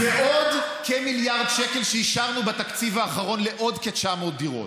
ועוד כמיליארד שקל אישרנו בתקציב האחרון לעוד כ-900 דירות.